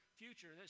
future